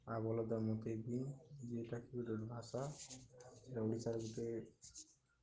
ଆ ବଳଦ ମୋତେ ବିନ୍ଧ୍ ଯେଉଁଟାକି ଗୋଟେ ଭାଷା ଓଡ଼ିଶାରେ ଗୋଟେ